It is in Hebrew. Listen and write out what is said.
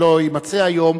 שלא יימצא היום,